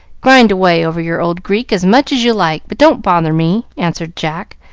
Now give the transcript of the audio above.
grind away over your old greek as much as you like, but don't bother me, answered jack,